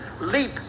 leap